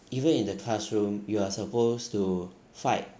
even in the classroom you are supposed to fight